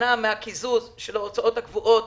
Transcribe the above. להימנע מהקיזוז של ההוצאות הקבועות